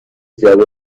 جعبه